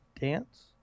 dance